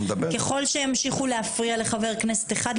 ככל שימשיכו להפריע לחבר כנסת אחד,